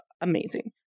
amazing